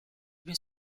been